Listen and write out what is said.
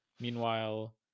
Meanwhile